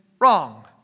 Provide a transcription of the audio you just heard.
wrong